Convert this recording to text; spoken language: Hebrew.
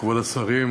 כבוד השרים,